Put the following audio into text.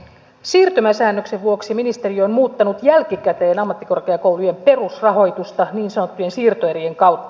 siirtymäsäännöksen vuoksi ministeriö on muuttanut jälkikäteen ammattikorkeakoulujen perusrahoitusta niin sanottujen siirtoerien kautta